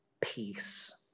peace